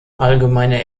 allgemeine